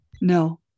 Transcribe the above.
no